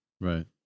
Right